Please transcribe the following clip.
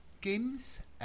games